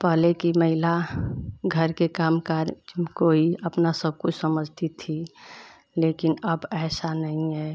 पहले की महिला घर के काम काज को ही अपना सब कुछ समझती थी लेकिन अब ऐसा नहीं है